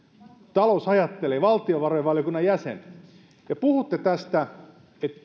talousajattelija valtiovarainvaliokunnan jäsen ja puhutte tästä